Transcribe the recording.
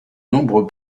nombreux